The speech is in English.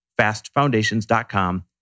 Fastfoundations.com